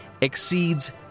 exceeds